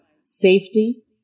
safety